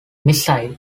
missile